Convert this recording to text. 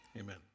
Amen